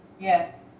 Yes